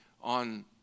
on